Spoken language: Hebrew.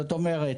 זאת אומרת,